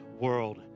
world